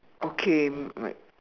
okay m~ my